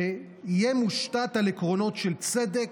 יהיה מושתת על עקרונות של צדק,